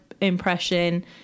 impression